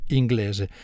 inglese